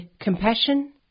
compassion